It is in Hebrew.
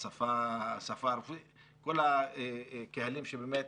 כל הקהלים שבאמת